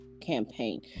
campaign